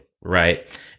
right